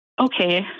okay